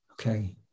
Okay